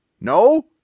No